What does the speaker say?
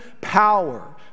power